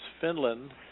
Finland